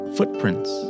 Footprints